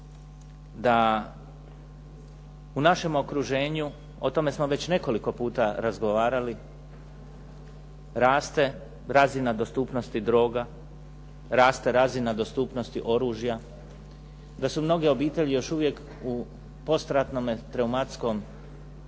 da u našem okuženju, o tome smo nekoliko puta već razgovarali, raste razina dostupnosti droga, raste razina dostupnosti oružja, da su mnoge obitelji u postratnome traumatskom stresu